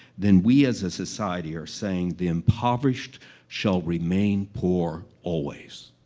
then we as a society are saying, the impoverished shall remain poor always.